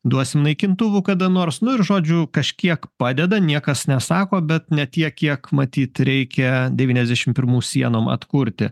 duosim naikintuvų kada nors nu ir žodžiu kažkiek padeda niekas nesako bet ne tiek kiek matyt reikia devyniasdešimt pirmų sienom atkurti